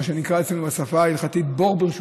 מה שנקרא אצלנו בשפה ההלכתית "בור ברשות